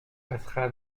passera